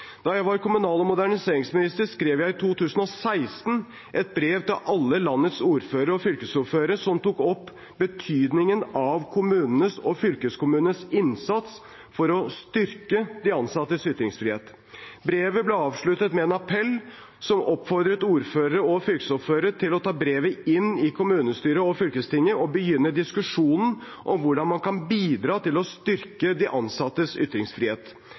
Da jeg var kommunal- og moderniseringsminister, skrev jeg i 2016 et brev til alle landets ordførere og fylkesordførere som tok opp betydningen av kommunenes og fylkeskommunenes innsats for å styrke de ansattes ytringsfrihet. Brevet ble avsluttet med en appell som oppfordret ordførere og fylkesordførere til å ta brevet inn i kommunestyret og fylkestinget og begynne diskusjonen om hvordan man kan bidra til å styrke de ansattes ytringsfrihet.